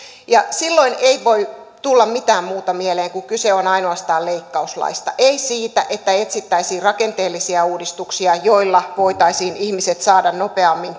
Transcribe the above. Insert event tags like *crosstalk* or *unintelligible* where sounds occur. silloin ei voi tulla mitään muuta mieleen kuin että kyse on ainoastaan leikkauslaista ei siitä että etsittäisiin rakenteellisia uudistuksia joilla voitaisiin ihmiset saada nopeammin *unintelligible*